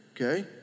Okay